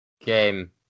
game